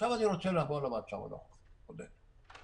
עכשיו אני רוצה לעבור למצב הנוכחי, עודד.